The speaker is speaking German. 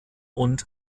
und